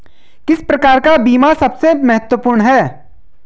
किस प्रकार का बीमा सबसे महत्वपूर्ण है?